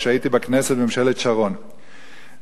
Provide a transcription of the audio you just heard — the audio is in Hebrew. כשהייתי בכנסת בממשלת שרון,